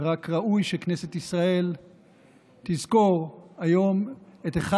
ורק ראוי שכנסת ישראל תזכור היום את אחד